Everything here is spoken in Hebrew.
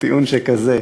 טיעון שכזה.